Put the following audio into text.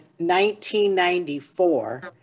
1994